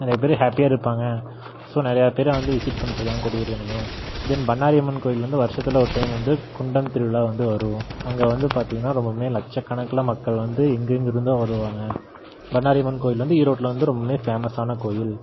நிறையா பேர் ஹேப்பியாக இருப்பாங்க ஸோ நிறையா பேர் வந்து விசிட் பண்ணிட்டுருக்காங்க கொடிவேரி அணையும் தென் பண்ணாரி அம்மன் கோயிலில் வந்து வருசத்தில் ஒரு டைம் வந்து குண்டம் திருவிழா வந்து வரும் அங்கே வந்து பார்த்திங்கன்னா ரொம்பவுமே லட்ச கணக்கில் மக்கள் வந்து எங்கெங்கிருந்தோ வருவாங்க பண்ணாரி அம்மன் கோயில் வந்து ஈரோட்டில் வந்து ரொம்பவுமே பேமஸான கோயில்